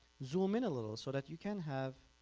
zoom in a little so that you can have